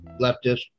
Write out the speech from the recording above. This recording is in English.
leftist